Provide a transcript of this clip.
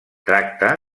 tracta